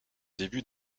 début